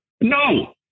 No